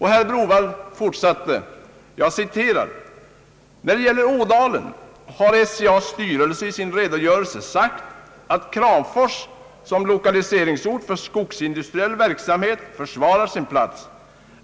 Herr Browaldh fortsatte: >När det gäller Ådalen har SCA:s styrelse i sin redogörelse sagt att Kramfors som lokaliseringsort för skogsindustriell verksamhet försvarar sin plats.